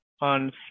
on